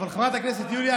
אבל חברת הכנסת יוליה,